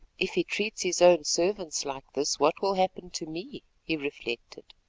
if he treats his own servants like this, what will happen to me? he reflected.